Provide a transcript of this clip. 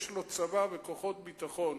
יש לו צבא וכוחות ביטחון.